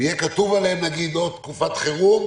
ויהיה כתוב עליהם או תקופת חירום,